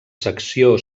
secció